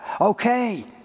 Okay